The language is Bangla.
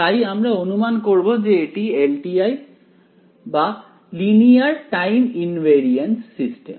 তাই আমরা অনুমান করব যে এটি এলটিআই যা লিনিয়ার টাইম ইনভেরিএন্স সিস্টেম